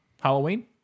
Halloween